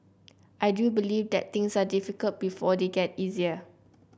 I do believe that things are difficult before they get easier